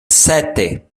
sete